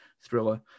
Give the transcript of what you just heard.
thriller